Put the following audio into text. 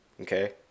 okay